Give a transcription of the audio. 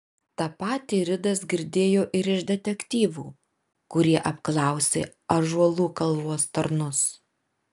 tą patį ridas girdėjo ir iš detektyvų kurie apklausė ąžuolų kalvos tarnus